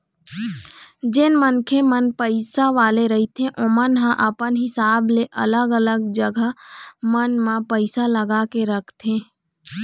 जेन मनखे मन पइसा वाले रहिथे ओमन ह अपन हिसाब ले अलग अलग जघा मन म पइसा लगा के रखथे